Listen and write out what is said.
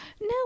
No